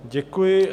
Děkuji.